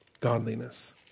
Godliness